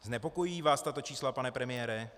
Znepokojují vás tato čísla, pane premiére?